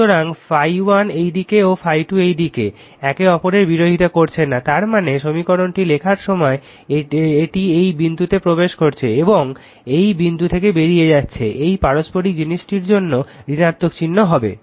সুতরাং ∅1 এইদিকে ও ∅2 এইদিকে একে অপরের বিরোধিতা করছে না তার মানে সমীকরণটি লেখার সময় এটি এই বিন্দুতে প্রবেশ করছে এবং এই বিন্দু থেকে বেরিয়ে যাচ্ছে এই পারস্পরিক জিনিসটির জন্য ঋণাত্মক চিহ্ন হবে